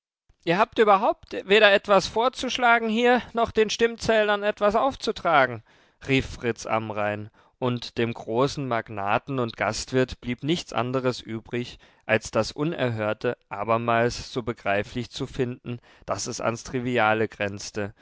ihr habt überhaupt weder etwas vorzuschlagen hier noch den stimmenzählern etwas aufzutragen rief fritz amrain und dem großen magnaten und gastwirt blieb nichts anderes übrig als das unerhörte abermals so begreiflich zu finden daß es ans triviale grenzte